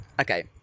okay